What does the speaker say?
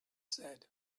said